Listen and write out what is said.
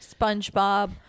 spongebob